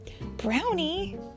Brownie